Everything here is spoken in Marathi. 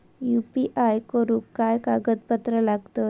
यू.पी.आय करुक काय कागदपत्रा लागतत?